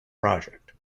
project